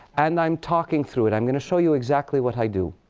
and i'm talking through it. i'm going to show you exactly what i do.